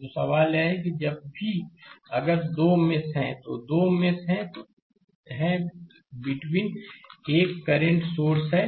तो सवाल यह है कि जब भी अगर 2 मेष हैं तो 2मेष हैं बेटन में एक करंट सोर्स है